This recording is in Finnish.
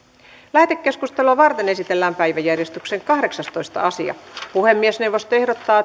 lähetekeskustelua varten esitellään päiväjärjestyksen kahdeksastoista asia puhemiesneuvosto ehdottaa